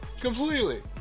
Completely